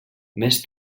més